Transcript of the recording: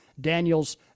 Daniels